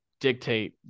dictate